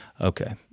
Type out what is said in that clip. Okay